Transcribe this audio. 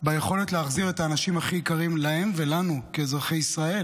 ביכולת להחזיר את האנשים הכי יקרים להם ולנו כאזרחי ישראל.